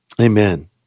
Amen